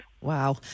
Wow